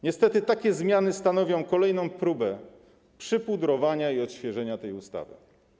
Niestety takie zmiany stanowią kolejną próbę przypudrowania i odświeżenia tej ustawy.